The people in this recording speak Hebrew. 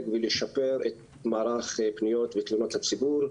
ולשפר את מערך פניות ותלונות הציבור,